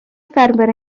ffermwr